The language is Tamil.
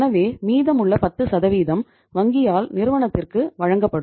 எனவே மீதமுள்ள 10 வங்கியால் நிறுவனத்திற்கு வழங்கப்படும்